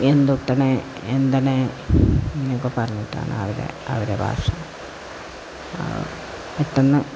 എന്തുട്ടണ് എന്തണ് അങ്ങനെയൊക്കെ പറഞ്ഞിട്ടാണ് അവരെ അവരെ ഭാഷ പെട്ടെന്ന്